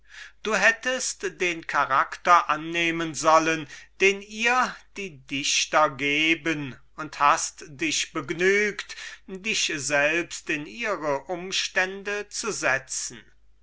du hättest den charakter annehmen sollen den ihr die dichter geben und hast dich begnügt dich selbst in ihre umstände zu setzen